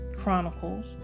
chronicles